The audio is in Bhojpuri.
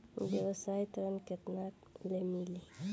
व्यवसाय ऋण केतना ले मिली?